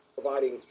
providing